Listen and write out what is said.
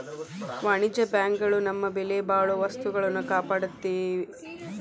ವಾಣಿಜ್ಯ ಬ್ಯಾಂಕ್ ಗಳು ನಮ್ಮ ಬೆಲೆಬಾಳೊ ವಸ್ತುಗಳ್ನ ಕಾಪಾಡ್ತೆತಿ